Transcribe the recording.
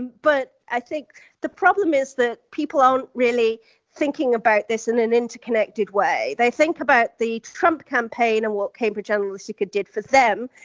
but i think the problem is that people aren't really thinking about this in an interconnected way. they think about the trump campaign and what cambridge analytica did for them.